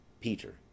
Peter